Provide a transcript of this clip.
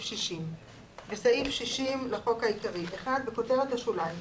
606. בסעיף 60 לחוק העיקרי - בכותרת השוליים,